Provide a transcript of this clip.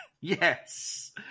yes